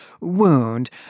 wound